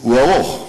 הוא ארוך,